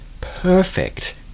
perfect